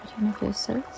universes